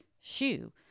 shoe